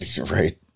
Right